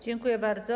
Dziękuję bardzo.